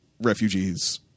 refugees